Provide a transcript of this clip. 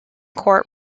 court